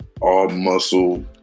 all-muscle